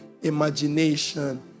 imagination